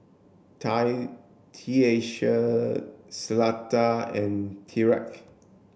Tie Cleta and Tyrek